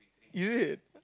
ya